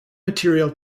material